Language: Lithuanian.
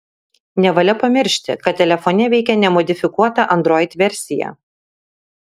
nevalia pamiršti kad telefone veikia nemodifikuota android versija